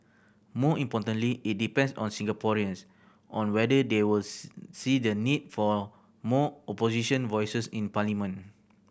more importantly it depends on Singaporeans on whether they were see the need for more Opposition voices in parliament